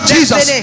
Jesus